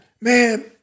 Man